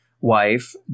wife